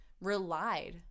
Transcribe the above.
relied